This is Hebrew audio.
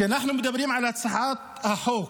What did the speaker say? כשאנחנו מדברים על הצעת החוק